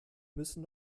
müssen